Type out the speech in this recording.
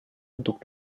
untuk